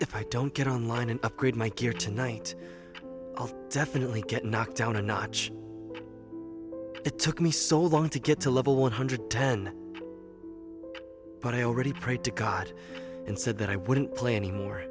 if i don't get online and upgrade my gear tonight definitely get knocked down a notch took me so long to get to level one hundred ten ready prayed to god and said that i wouldn't play anymore